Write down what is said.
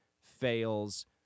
fails